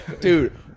dude